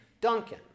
Duncan